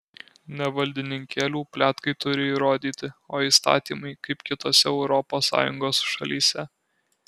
ne valdininkėlių pletkai turi įrodyti o įstatymai kaip kitose europos sąjungos šalyse